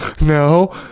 no